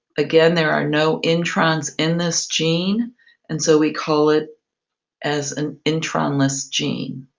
again, there are no introns in this gene and so we call it as an intronless gene.